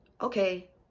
okay